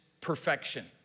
perfection